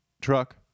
truck